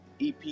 EP